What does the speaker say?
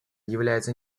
являются